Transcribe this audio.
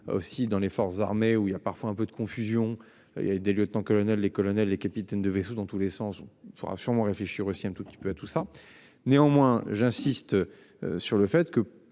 aussi dans les forces armées où il a parfois un peu de confusion, il y a des lieutenant-colonel les colonels les capitaines de vaisseau dans tous les sens. On fera sûrement réfléchir aussi un tout petit peu à tout ça. Néanmoins, j'insiste. Sur le fait que